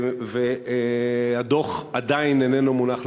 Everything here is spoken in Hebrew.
על-פי כל מה שהתפרסם, הדוח שלה כבר היה מוכן,